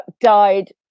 died